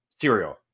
cereal